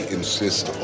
insist